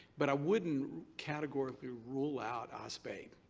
but i wouldn't categorically rule out ospa.